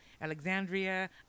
Alexandria